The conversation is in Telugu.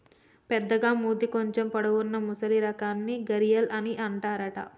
పెద్దగ మూతి కొంచెం పొడవు వున్నా మొసలి రకాన్ని గరియాల్ అని అంటారట